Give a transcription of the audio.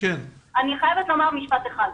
אני חייבת לומר משפט אחד.